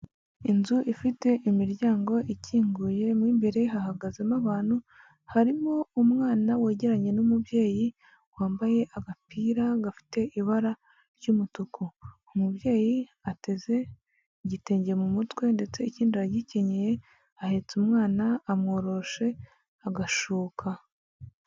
Inzu ifite imiryango ikinguyemo mo imbere hahagazemo abantu, harimo umwana wegeranye n'umubyeyi wambaye agapira gafite ibara ry'umutuku, umubyeyi ateze igitenge mu mutwe ndetse ikindi aragikenyeye ahetse umwana, amworoshe agashuka.